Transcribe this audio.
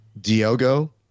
Diogo